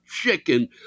chicken